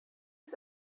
ist